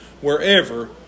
wherever